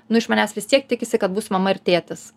nu iš manęs vis tiek tikisi kad bus mama ir tėtis